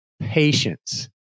patience